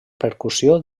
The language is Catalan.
percussió